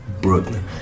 Brooklyn